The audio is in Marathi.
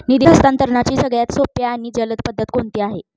निधी हस्तांतरणाची सगळ्यात सोपी आणि जलद पद्धत कोणती आहे?